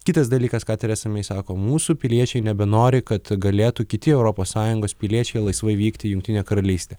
kitas dalykas ką teresa mei sako mūsų piliečiai nebenori kad galėtų kiti europos sąjungos piliečiai laisvai vykti į jungtinę karalystę